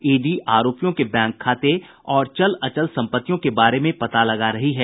ED आरोपियों के bank खाते और चल अचल संपत्तियों के बारे में पता लगा रही है